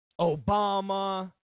Obama